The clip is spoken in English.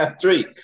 Three